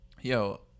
Yo